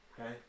Okay